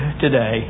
today